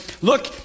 look